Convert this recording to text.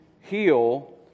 heal